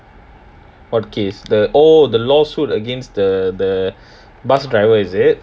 what case oh the lawsuit against the the bus driver is it